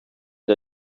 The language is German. der